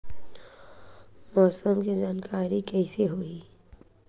मौसम के जानकारी कइसे होही?